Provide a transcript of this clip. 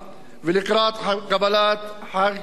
ולקראת קבלת חג אל-פיטר.